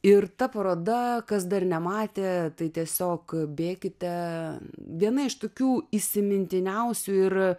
ir ta paroda kas dar nematė tai tiesiog bėkite viena iš tokių įsimintiniausių ir